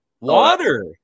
water